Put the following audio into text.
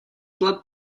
blood